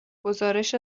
گزارش